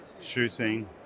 shooting